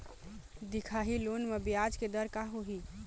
दिखाही लोन म ब्याज के दर का होही?